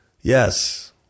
Yes